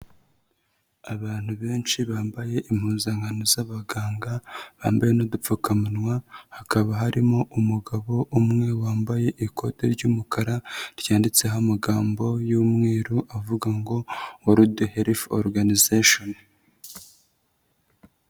Abantu benshi bambaye impuzankano z'abaganga, bambaye n'udupfukamunwa, hakaba harimo umugabo umwe wambaye ikote ry'umukara, ryanditseho amagambo y'umweru, avuga ngo:" World health organization".